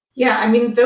yeah. i mean,